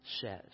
says